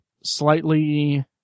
slightly